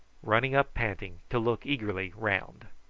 running up panting, to look eagerly round.